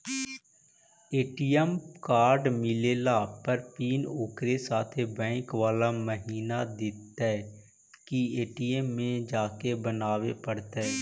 ATM card मिलला पर pin ओकरे साथे बैक बाला महिना देतै कि ए.टी.एम में जाके बना बे पड़तै?